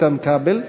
איתן כבל,